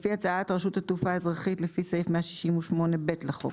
לפי הצעת רשות התעופה האזרחית לפי סעיף 168(ב) לחוק,